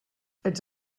ets